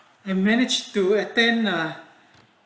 and managed to attend ah